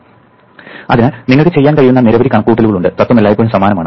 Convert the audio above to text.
അതിനാൽ നിങ്ങൾക്ക് ചെയ്യാൻ കഴിയുന്ന നിരവധി കണക്കുകൂട്ടലുകൾ ഉണ്ട് തത്വം എല്ലായ്പ്പോഴും സമാനമാണ്